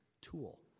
tool